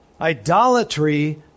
Idolatry